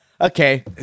Okay